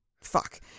Fuck